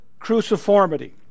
cruciformity